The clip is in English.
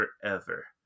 forever